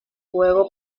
juego